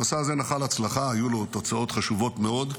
המסע הזה נחל הצלחה, היו לו תוצאות חשובות מאוד.